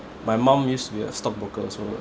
my mum used to be a stockbroker so